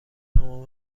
تمام